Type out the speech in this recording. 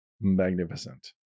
magnificent